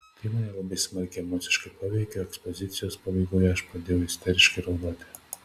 tai mane labai smarkiai emociškai paveikė o ekspozicijos pabaigoje aš pradėjau isteriškai raudoti